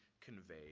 convey